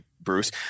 Bruce